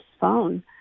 phone